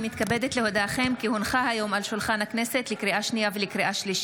אני קובע כי הצעת חוק הסמכת צבא הגנה לישראל ושירות הביטחון הכללי